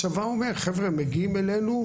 הצבא אומר: חבר'ה מגיעים אלינו,